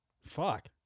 Fuck